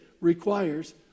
requires